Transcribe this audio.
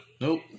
Nope